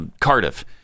Cardiff